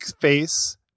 face